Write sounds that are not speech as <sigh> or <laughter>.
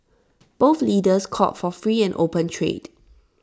<noise> both leaders called for free and open trade